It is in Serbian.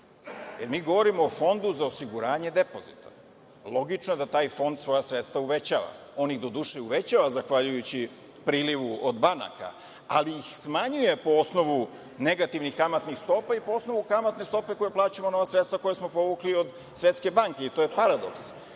Mi govorimo o Fondu za osiguranje depozita. Logično je da taj fond svoja sredstva uvećava. On ih, doduše, uvećava zahvaljujući prilivu od banaka, ali ih smanjuje po osnovu negativnih kamatnih stopa i po osnovu kamatne stope koje plaćamo na ova sredstva koja smo povukli od Svetske banke, i to je paradoks.